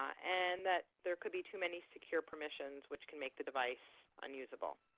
and that there could be too many secure permissions which could make the device unusable.